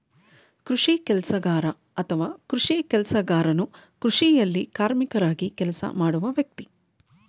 ಕೃಷಿ ಕೆಲಸಗಾರ ಅಥವಾ ಕೃಷಿ ಕೆಲಸಗಾರನು ಕೃಷಿಯಲ್ಲಿ ಕಾರ್ಮಿಕರಾಗಿ ಕೆಲಸ ಮಾಡುವ ವ್ಯಕ್ತಿ